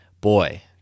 boy